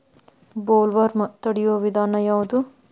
Bollworm ತಡಿಯು ವಿಧಾನ ಯಾವ್ದು?